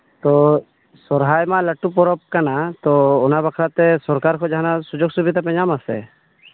ᱛᱚ ᱥᱚᱨᱦᱟᱭ ᱢᱟ ᱞᱟᱹᱴᱩ ᱯᱚᱨᱚᱵᱽ ᱠᱟᱱᱟ ᱛᱚ ᱚᱱᱟ ᱵᱟᱠᱷᱚᱨᱟ ᱛᱮ ᱥᱚᱨᱠᱟᱨ ᱴᱷᱮᱡ ᱥᱩᱡᱳᱜᱽ ᱥᱩᱵᱤᱫᱷᱟ ᱯᱮ ᱧᱟᱢ ᱟᱥᱮ